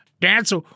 dancer